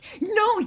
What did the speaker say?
no